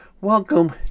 Welcome